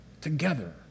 together